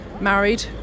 married